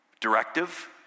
Directive